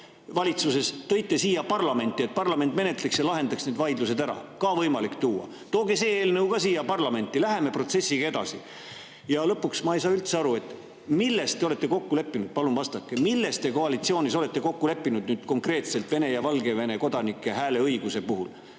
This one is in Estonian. valitsuses, tõite te siia parlamenti, et parlament seda menetleks ja lahendaks need vaidlused ära. Ka see on võimalik siia tuua. Tooge ka see eelnõu parlamenti, läheme protsessiga edasi! Ja lõpuks, ma ei saa üldse aru, milles te olete kokku leppinud. Palun vastake. Milles te olete koalitsioonis kokku leppinud konkreetselt Vene ja Valgevene kodanike hääleõiguse puhul?